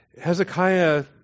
Hezekiah